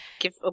Give